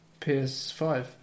PS5